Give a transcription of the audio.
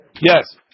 Yes